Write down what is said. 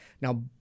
Now